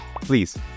please